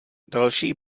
další